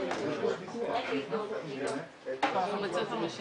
זאת אומרת, האם באמת בסופו של